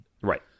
Right